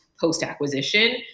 post-acquisition